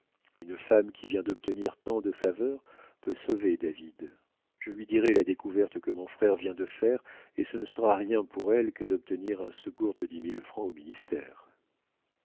une femme qui vient d'obtenir tant de faveurs peut sauver david je lui dirai la découverte que mon frère vient de faire et ce ne sera rien pour elle que d'obtenir un secours de dix mille francs au ministère